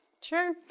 Sure